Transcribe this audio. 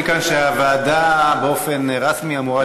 אומרים לי כאן שהוועדה באופן רשמי אמורה להיות,